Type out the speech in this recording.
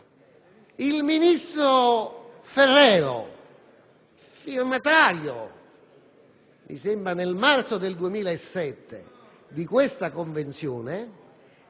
il ministro Ferrero - firmatario mi sembra nel marzo 2007 di questa Convenzione,